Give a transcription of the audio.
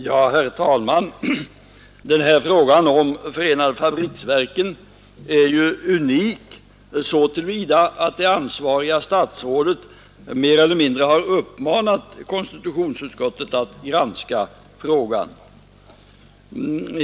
Herr talman! Den här frågan om förenade fabriksverken är unik så till vida att det ansvariga statsrådet mer eller mindre har uppmanat konstitutionsutskottet att granska frågan.